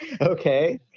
okay